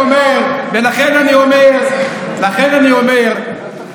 אתם יודעים מה היה קורה לי?